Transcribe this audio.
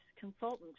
consultant